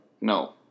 No